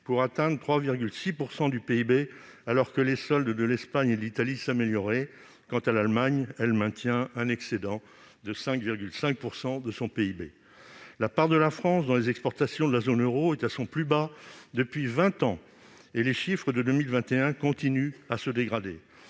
pour atteindre 3,6 % du PIB, alors que les soldes de l'Espagne et de l'Italie s'amélioraient. Quant à l'Allemagne, elle maintient un excédent de 5,5 % de son PIB. La part de la France dans les exportations de la zone euro est à son plus bas niveau depuis vingt ans, et les chiffres de 2021 continuent à se dégrader.